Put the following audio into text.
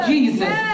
Jesus